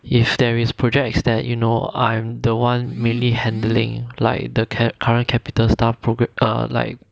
if there is project extend you know I'm the one mainly handling like the current capital staff program or like